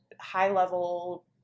high-level